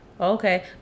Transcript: Okay